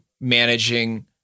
managing